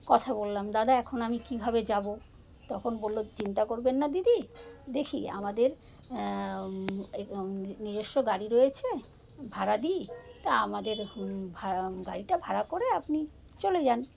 কথা বললাম দাদা এখন আমি কীভাবে যাব তখন বললো চিন্তা করবেন না দিদি দেখি আমাদের নিজস্ব গাড়ি রয়েছে ভাড়া দিই তা আমাদের ভাড়া গাড়িটা ভাড়া করে আপনি চলে যান